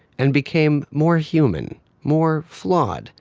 and became more human, more flawed,